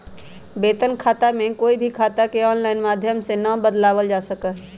वेतन खाता में कोई भी खाता के आनलाइन माधम से ना बदलावल जा सका हई